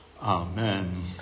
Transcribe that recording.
Amen